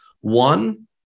one